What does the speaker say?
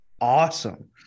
awesome